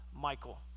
Michael